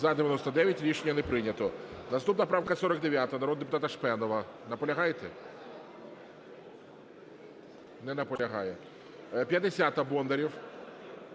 За-99 Рішення не прийнято. Наступна правка – 49, народного депутата Шпенова. Наполягаєте? Не наполягає. 50-а, Бондарєв.